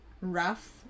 rough